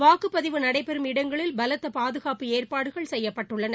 வாக்குப்பதிவு நடைபெறம் இடங்களில் பலத்த பாதுகாப்பு ஏற்பாடுகள் செய்யப்பட்டுள்ளன